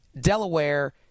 Delaware